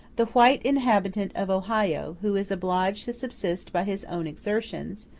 the white inhabitant of ohio, who is obliged to subsist by his own exertions,